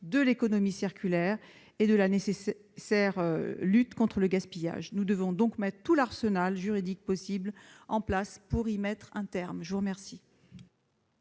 de l'économie circulaire et de la nécessaire lutte contre le gaspillage, nous devons mettre tout l'arsenal juridique possible en place pour y mettre un terme. Quel